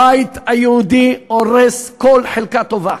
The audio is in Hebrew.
הבית היהודי הורס כל חלקה טובה,